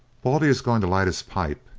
baldy is going to light his pipe,